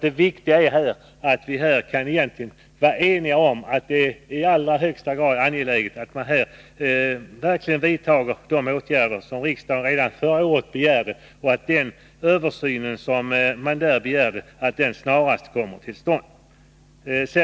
Det viktiga är att vi egentligen kan vara eniga om att det är i allra högsta grad angeläget att man vidtar de åtgärder som riksdagen redan förra året begärde. Det är alltså angeläget att den översyn som riksdagen då begärde snarast kommer till stånd.